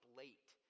late